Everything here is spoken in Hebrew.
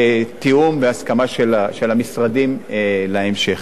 עם תיאום והסכמה של המשרדים להמשך.